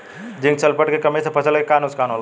Zinc sulphate के कमी से फसल के का नुकसान होला?